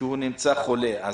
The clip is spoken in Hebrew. שהוא נמצא חולה.